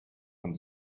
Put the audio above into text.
von